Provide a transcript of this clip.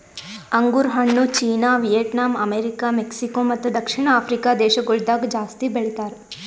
ಅಂಗುರ್ ಹಣ್ಣು China, Vietnam, America, Mexico ಮತ್ತ ದಕ್ಷಿಣ ಆಫ್ರಿಕಾ ದೇಶಗೊಳ್ದಾಗ್ ಜಾಸ್ತಿ ಬೆಳಿತಾರ್